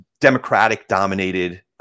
Democratic-dominated